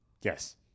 Yes